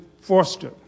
Forster